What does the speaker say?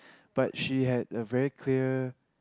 but she had a very clear